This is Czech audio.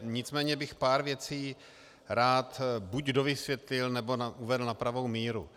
Nicméně bych pár věcí buď dovysvětlil, nebo uvedl na pravou míru.